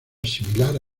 similar